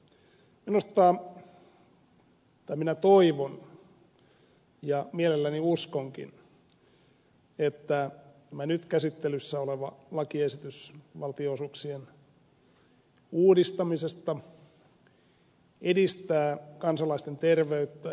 minä toivon ja mielelläni uskonkin että tämä nyt käsittelyssä oleva lakiesitys valtionosuuksien uudistamisesta edistää kansalaisten terveyttä